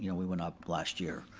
you know we went up last year.